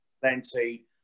plenty